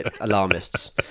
alarmists